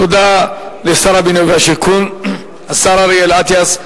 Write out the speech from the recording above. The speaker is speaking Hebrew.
תודה לשר הבינוי והשיכון השר אריאל אטיאס.